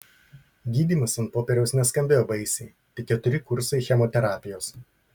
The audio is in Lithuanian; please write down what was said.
gydymas ant popieriaus neskambėjo baisiai tik keturi kursai chemoterapijos